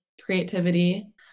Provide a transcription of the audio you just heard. creativity